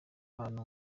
ahantu